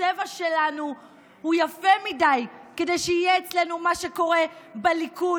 הצבע שלנו הוא יפה מדי כדי שיהיה אצלנו מה שקורה בליכוד